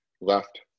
left